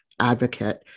advocate